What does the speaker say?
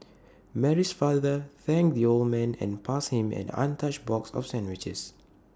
Mary's father thanked the old man and passed him an untouched box of sandwiches